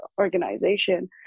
organization